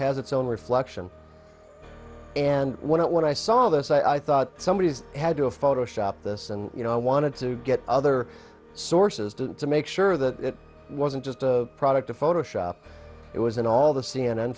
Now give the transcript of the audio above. has its own reflection and when it when i saw this i thought somebody had to photoshop this and you know i wanted to get other sources do to make sure that it wasn't just a product of photoshop it was in all the c